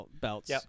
belts